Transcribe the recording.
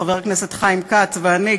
חבר הכנסת חיים כץ ואני,